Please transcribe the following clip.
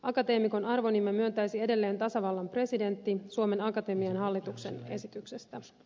akateemikon arvonimen myöntäisi edelleen tasavallan presidentti suomen akatemian hallituksen esityksestä